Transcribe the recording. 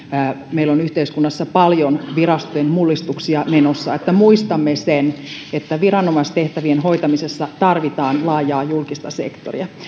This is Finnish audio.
meillä on yhteiskunnassa paljon virastojen mullistuksia menossa että muistamme sen että viranomaistehtävien hoitamisessa tarvitaan laajaa julkista sektoria